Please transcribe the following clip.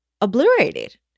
obliterated